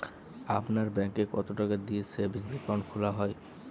আপনার ব্যাংকে কতো টাকা দিয়ে সেভিংস অ্যাকাউন্ট খোলা হয়?